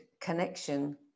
connection